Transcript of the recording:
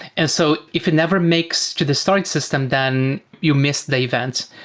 and so if it never makes to the storage system, then you miss the events.